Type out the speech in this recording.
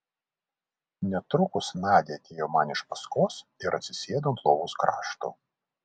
netrukus nadia atėjo man iš paskos ir atsisėdo ant lovos krašto